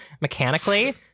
mechanically